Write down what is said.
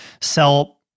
sell